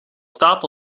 staat